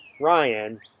Ryan